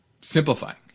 simplifying